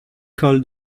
col